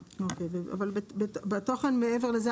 בקשה.